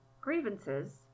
grievances